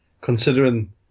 considering